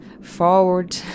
Forward